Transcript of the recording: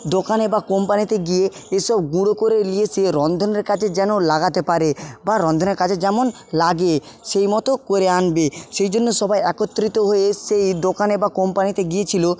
দোকানে বা কোম্পানিতে গিয়ে এসব গুঁড়ো করে নিয়ে এসে রন্ধনের কাজে যেন লাগাতে পারে বা রন্ধনের কাজে যেমন লাগে সেই মতো করে আনবে সেই জন্য সবাই একত্রিত হয়ে সেই দোকানে বা কোম্পানিতে গিয়েছিল